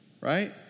Right